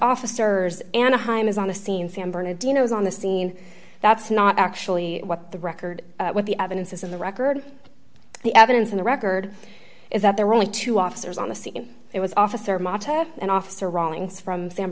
officers anaheim is on the scene san bernardino's on the scene that's not actually what the record what the evidence is in the record the evidence in the record is that there were only two officers on the scene it was officer mata and officer rawlings from san